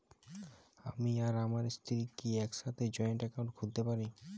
আমি আর আমার স্ত্রী কি একসাথে জয়েন্ট অ্যাকাউন্ট খুলতে পারি?